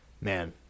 man